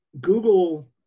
Google